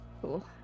Cool